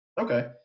Okay